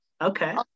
Okay